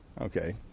Okay